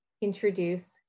introduce